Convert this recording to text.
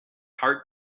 heart